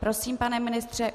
Prosím, pane ministře.